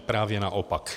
Právě naopak.